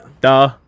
duh